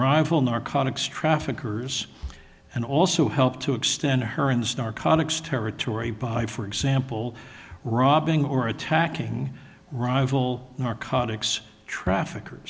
rival narcotics traffickers and also help to extend her and star conics territory by for example robbing or attacking rival narcotics traffic